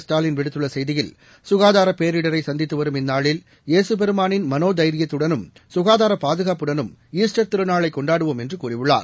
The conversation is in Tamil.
ஸ்டாலின் விடுத்துள்ளசெய்தியில் சுகாதாரபேரிடரைசந்தித்துவரும் இந்நாளில் இயேசுபெருமானின் மனோதைரியத்துடனம் ஈஸ்டர் திருநாளைகொண்டாடுவோம் என்றுகூறியுள்ளார்